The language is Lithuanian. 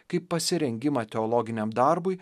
kaip pasirengimą teologiniam darbui